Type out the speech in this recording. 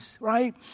right